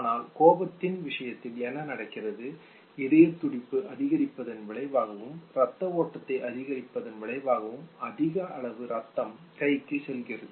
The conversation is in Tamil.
ஆனால் கோபத்தின் விஷயத்தில் என்ன நடக்கிறது இதயத் துடிப்பு அதிகரிப்பதன் விளைவாகவும் இரத்த ஓட்டத்தை அதிகரிப்பதன் விளைவாகவும் அதிக அளவு இரத்தம் கைக்கு செல்கிறது